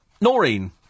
Noreen